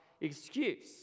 excuse